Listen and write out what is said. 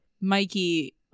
Mikey